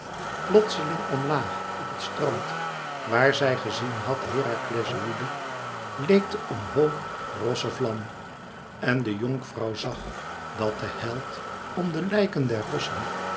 plotseling omlaag op het strand waar zij gezien had herakles woede leekte omhoog rosse vlam en de jonkvrouw zag dat de held om de lijken der rossen